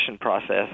process